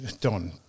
Don